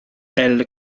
elle